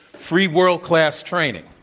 free world-class training.